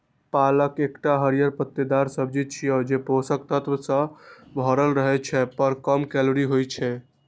पालक एकटा हरियर पत्तेदार सब्जी छियै, जे पोषक तत्व सं भरल रहै छै, पर कम कैलोरी होइ छै